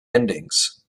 endings